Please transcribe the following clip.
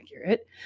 accurate